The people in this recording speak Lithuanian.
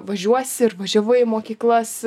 važiuosi ir važiavai į mokyklas